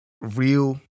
real